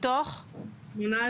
מתוך כמה?